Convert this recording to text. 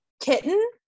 Kitten